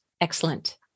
Excellent